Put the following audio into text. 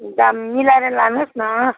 दाम मिलाएर लानुहोस् न